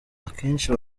akenshi